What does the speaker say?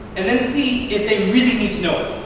and and see if they really need to know it.